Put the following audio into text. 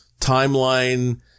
timeline